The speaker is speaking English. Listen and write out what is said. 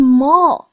Small